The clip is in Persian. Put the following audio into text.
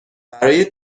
برای